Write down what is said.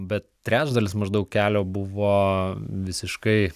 bet trečdalis maždaug kelio buvo visiškai